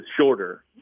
shorter